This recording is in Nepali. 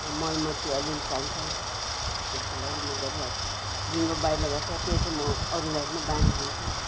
मल मट्टी अलिअलि चाहिन्छ त्यसको लागि म गरिहाल्छु जिन्कोबायोलोबा छ त्यो चाहिँ म अरूलाई पनि बाँडिदिन्छु